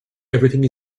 everything